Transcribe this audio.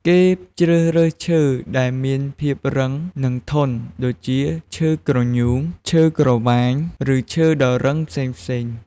គេជ្រើសរើសឈើដែលមានភាពរឹង និងធន់ ដូចជា ឈើក្រញូង ឈើក្រវាញ ឬឈើដ៏រឹងផ្សេងៗ។